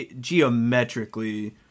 geometrically